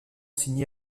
signé